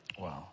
Wow